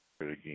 Again